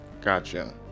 Gotcha